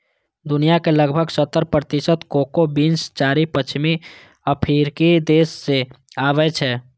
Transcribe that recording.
दुनिया के लगभग सत्तर प्रतिशत कोको बीन्स चारि पश्चिमी अफ्रीकी देश सं आबै छै